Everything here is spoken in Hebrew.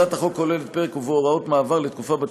הצעת החוק כוללת פרק ובו הוראות מעבר לתקופה של